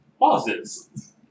pauses